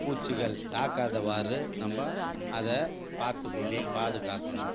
பூச்சிகள் தாக்காதவாறு நம்ம அதை பாத்துக்கணுன்னு பாதுகாக்கணும்